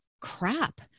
crap